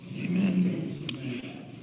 Amen